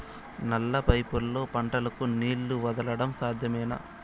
నల్ల పైపుల్లో పంటలకు నీళ్లు వదలడం సాధ్యమేనా?